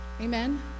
Amen